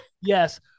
Yes